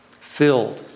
filled